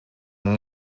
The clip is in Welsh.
yng